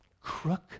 crook